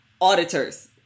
auditors